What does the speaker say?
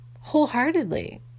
wholeheartedly